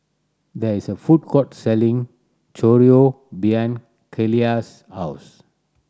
there is a food court selling Chorizo behind Keila's house